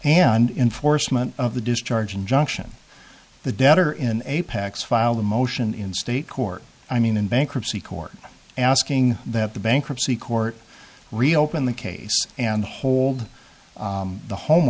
and in foresman of the discharge injunction the debtor in a pacts filed a motion in state court i mean in bankruptcy court asking that the bankruptcy court reopen the case and hold the home